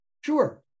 Sure